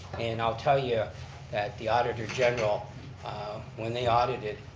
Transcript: and i'll tell you that the auditor general when they audited,